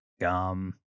gum